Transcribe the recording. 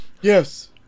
Yes